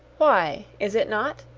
why! is it not?